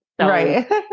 Right